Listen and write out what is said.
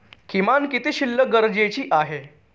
किमान किती शिल्लक गरजेची आहे?